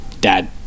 Dad